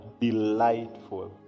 Delightful